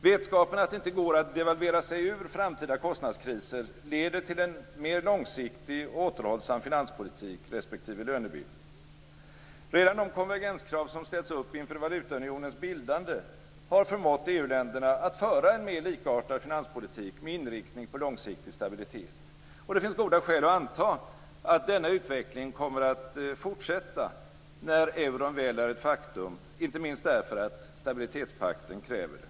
Vetskapen att det inte går att devalvera sig ur framtida kostnadskriser leder till en mer långsiktig och återhållsam finanspolitik respektive lönebildning. Redan de konvergenskrav som ställts upp inför valutaunionens bildande har förmått EU länderna att föra en mer likartad finanspolitik med inriktning på långsiktig stabilitet. Det finns goda skäl att anta att denna utveckling kommer att fortsätta när euron väl är ett faktum, inte minst därför att stabilitetspakten kräver det.